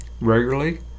regularly